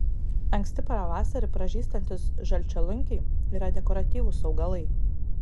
anksti pavasarį pražystantys žalčialunkiai yra dekoratyvūs augalai